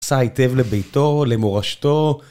עשה היטב לביתו, למורשתו.